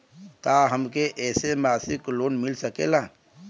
का हमके ऐसे मासिक लोन मिल सकेला?